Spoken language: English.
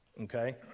Okay